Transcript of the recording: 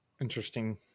Interesting